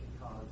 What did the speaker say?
cause